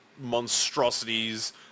monstrosities